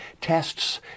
tests